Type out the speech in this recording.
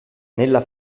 nella